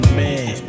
man